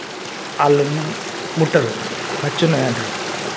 వాళ్ళు ముట్టరు పచ్చున్నాయంటరు